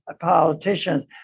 politicians